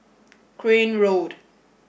Crane Road